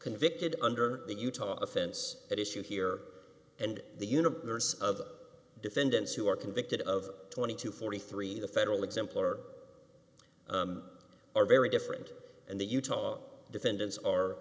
convicted under the utah offense at issue here and the universe of defendants who are convicted of twenty to forty three the federal examplar are very different and the utah defendants